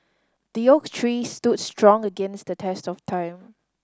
the oak tree stood strong against the test of time